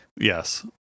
Yes